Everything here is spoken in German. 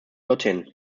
dorthin